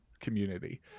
community